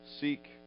seek